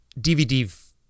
DVD